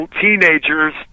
teenagers